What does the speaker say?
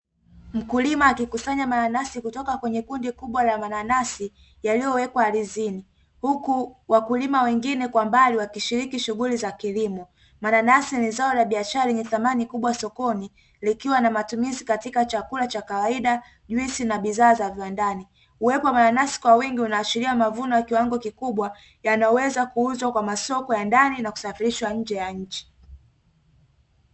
Mkulima akikusanya mananasi kutoka kwenye kundi kubwa la mananasi yaliyowekwa ardhini, huku wakulima wengine kwa mbali wakishiriki shughuli za kilimo. Mananasi ni zao la biashara lenye thamani kubwa sokoni likiwa na matumizi katika chakula cha kawaida, juisi na bidhaa za viwandani. Uwepo wa mananasi kwa wingi unaashiria mavuno ya kiwango kikubwa yanayoweza kuuzwa kwa masoko ya ndani na kusafirishwa nje ya nchi.